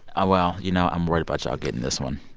ah well, you know, i'm worried about y'all getting this one.